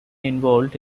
involved